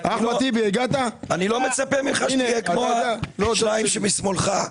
אני לא מצפה ממך שתהיה כמו השניים שמשמאלך.